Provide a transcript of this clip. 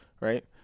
right